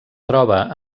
troba